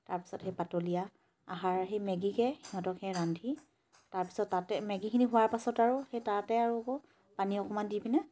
তাৰপাছত সেই পাতলীয়া আহাৰ সেই মেগিকে সিহঁতক সেই ৰান্ধি তাৰপিছত মেগিখিনি হোৱাৰ পাছত আৰু সেই তাতে আৰু পানী অকণমান দি পিনে